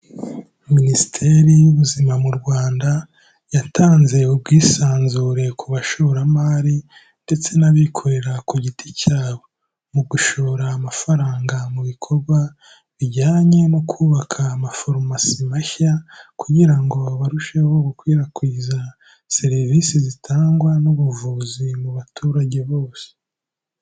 Minisiteri y'Ubuzima mu Rwanda yatanze ubwisanzure ku bashoramari ndetse n'abikorera ku giti cyabo mu gushora amafaranga mu bikorwa bijyanye no kubaka amafarumasi mashya kugira ngo barusheho gukwirakwiza serivise zitangwa n'ubuvuzi mu baturage bose.